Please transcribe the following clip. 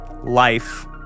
life